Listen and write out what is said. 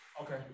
okay